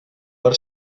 per